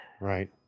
Right